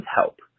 help